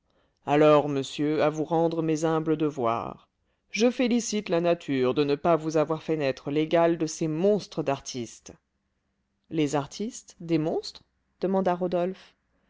alors monsieur à vous rendre mes humbles devoirs je félicite la nature de ne pas vous avoir fait naître l'égal de ces monstres d'artistes les artistes des monstres demanda rodolphe